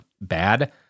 bad